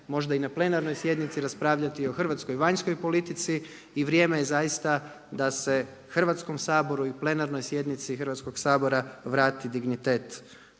možda i na plenarnoj sjednici raspravljati o hrvatskoj vanjskoj politici i vrijeme je zaista da se Hrvatskom saboru i plenarnoj sjednici Hrvatskog sabora vrati dignitet